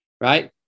Right